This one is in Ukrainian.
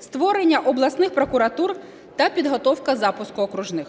створення обласних прокуратур та підготовка запуску окружних.